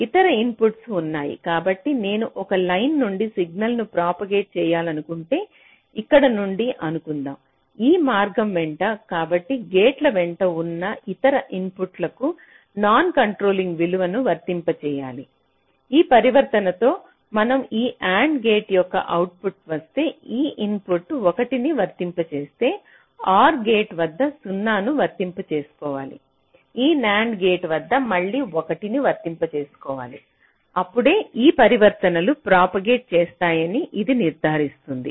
ఇతర ఇన్పుట్లు ఉన్నాయి కాబట్టి నేను ఒక లైన్ నుండి సిగ్నల్ను ప్రాపగేట్ చేయాలనుకుంటే ఇక్కడ నుండి అనుకుందాం ఈ మార్గం వెంట కాబట్టి గేట్ల వెంట ఉన్న ఇతర ఇన్పుట్లకు నాన్ కంట్రోలింగ్ విలువను వర్తింపజేయాలి ఈ పరివర్తన తో మనం ఈ AND గేట్ యొక్క అవుట్పుట్కు వస్తే ఈ ఇన్పుట్ 1 ని వర్తింపజేస్తే OR గేట్ వద్ద 0 ను వర్తింప చేసుకోవాలి ఈ NAND గేట్ వద్ద మళ్ళీ నేను 1 ను వర్తింప చేసుకోవాలి అప్పుడే ఈ పరివర్తనలు ప్రాపగేట్ చేస్తాయని ఇది నిర్ధారిస్తుంది